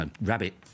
rabbit